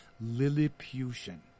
Lilliputian